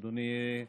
אדוני,